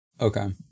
okay